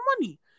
money